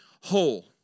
whole